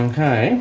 Okay